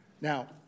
now